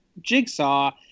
Jigsaw